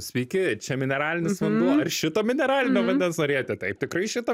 sveiki čia mineralinis vanduo ar šito mineralinio vandens norėjote taip tikrai šito